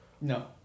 No